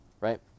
right